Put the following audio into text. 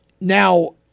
Now